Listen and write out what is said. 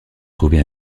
trouvé